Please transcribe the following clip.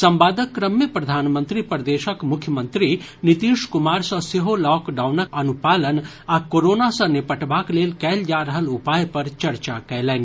संवादक क्रम मे प्रधानमंत्री प्रदेशक मुख्यमंत्री नीतीश कुमार सँ सेहो लॉकडाउनक अनुपालन आ कोरोना सँ निपटबाक लेल कयल जा रहल उपाय पर चर्चा कयलनि